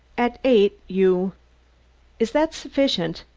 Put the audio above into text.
at eight you is that sufficient?